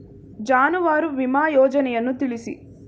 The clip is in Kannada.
ಜಾನುವಾರು ವಿಮಾ ಯೋಜನೆಯನ್ನು ತಿಳಿಸಿ?